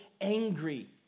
angry